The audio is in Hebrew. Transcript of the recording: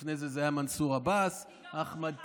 לפני זה היו מנסור עבאס ואחמד טיבי.